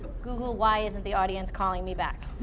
google why isn't the audience calling me back